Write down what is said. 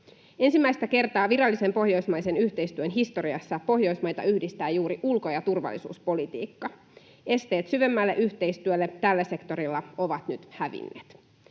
Ensimmäistä kertaa virallisen pohjoismaisen yhteistyön historiassa Pohjoismaita yhdistää juuri ulko- ja turvallisuuspolitiikka. Esteet syvemmälle yhteistyölle tällä sektorilla ovat nyt hävinneet.